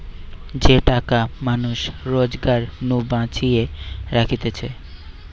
যে টাকা মানুষ রোজগার নু বাঁচিয়ে রাখতিছে